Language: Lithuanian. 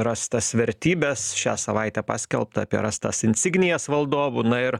rastas vertybes šią savaitę paskelbta apie rastas insignijas valdovų na ir